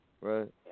Right